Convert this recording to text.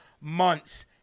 months